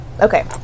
Okay